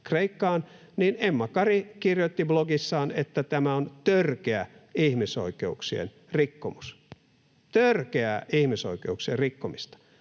Emma Kari kirjoitti blogissaan, että tämä on törkeä ihmisoikeuksien rikkomus — törkeää ihmisoikeuksien rikkomista.